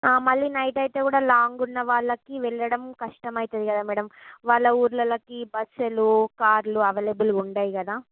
మళ్ళీ నైట్ అయితే కూడా లాంగ్ ఉన్న వాళ్ళకి వెళ్ళడం కష్టం అవుతుంది కదా మేడం వాళ్ళ ఉళ్ళలోకి బస్సులు కార్లు అవైలబుల్గా ఉండవు కదా